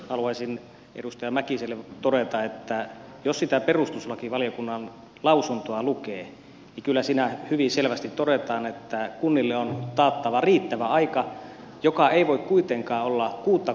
haluaisin edustaja mäkiselle todeta että jos sitä perustuslakivaliokunnan lausuntoa lukee niin kyllä siinä hyvin selvästi todetaan että kunnille on taattava riittävä aika joka ei voi kuitenkaan olla kuutta kuukautta lyhempi